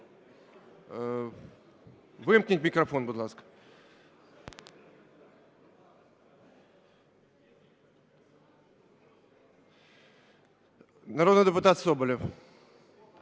Вимкніть мікрофон, будь ласка. Народний депутат Соболєв.